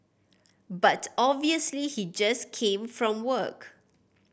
but obviously he just came from work